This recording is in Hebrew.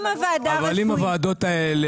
אם הוועדות האלה